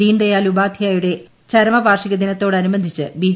ദീൻദയാൽ ഉപാധ്യായയുടെ ചരമവാർഷിക ദിനത്തോടനുബന്ധിച്ച് ബി